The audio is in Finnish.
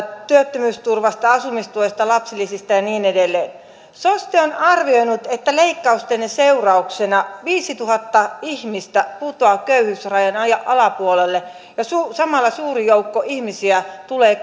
työttömyysturvasta asumistuesta lapsilisistä ja niin edelleen soste on arvioinut että leikkaustenne seurauksena viisituhatta ihmistä putoaa köyhyysrajan alapuolelle ja samalla suuri joukko ihmisiä tulee